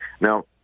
Now